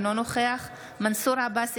אינו נוכח מנסור עבאס,